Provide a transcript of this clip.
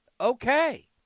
okay